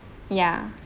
ya